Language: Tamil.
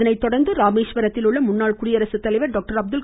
இதனை தொடர்ந்து ராமேஸ்வரத்தில் உள்ள முன்னாள் குடியரசுத்தவைர் டாக்டர் சந்தித்தார்